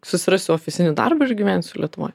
susirasiu ofisinį darbą ir gyvensiu lietuvoj